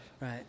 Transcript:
Right